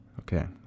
Okay